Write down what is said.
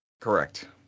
Correct